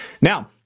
Now